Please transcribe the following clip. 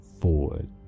forward